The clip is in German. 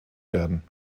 werden